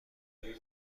بگویم